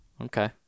Okay